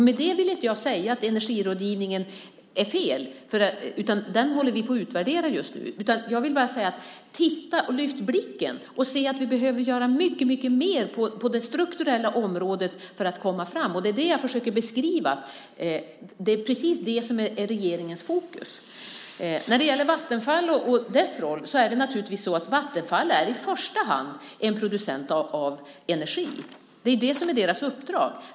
Med det vill inte jag säga att energirådgivningen är fel - den håller vi på att utvärdera just nu - utan jag vill bara säga: Lyft blicken och se att vi behöver göra mycket mer på det strukturella området för att komma framåt. Det är det jag försöker beskriva. Det är precis det som är regeringens fokus. När det gäller Vattenfall och dess roll kan vi notera att Vattenfall naturligtvis i första hand är en producent av energi. Det är det som är deras uppdrag.